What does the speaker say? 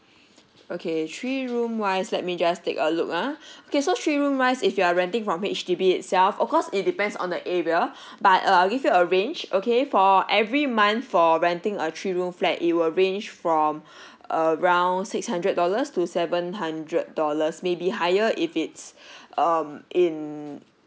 okay three room wise let me just take a look ah okay so three room wise if you are renting from H_D_B itself of course it depends on the area but uh I'll give you a range okay for every month for renting a three room flat it will range from around six hundred dollars to seven hundred dollars maybe higher if it's um in